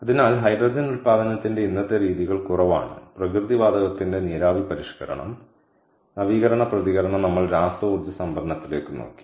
അതിനാൽ ഹൈഡ്രജൻ ഉൽപാദനത്തിന്റെ ഇന്നത്തെ രീതികൾ കുറവാണ് പ്രകൃതി വാതകത്തിന്റെ നീരാവി പരിഷ്കരണം അതിനാൽ നവീകരണ പ്രതികരണം നമ്മൾ രാസ ഊർജ്ജ സംഭരണത്തിലേക്ക് നോക്കി